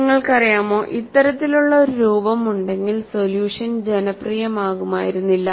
നിങ്ങൾക്കറിയാമോ നിങ്ങൾക്ക് ഇത്തരത്തിലുള്ള ഒരു രൂപം ഉണ്ടെങ്കിൽ സൊല്യൂഷൻ ജനപ്രിയമാകുമായിരുന്നില്ല